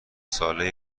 ساله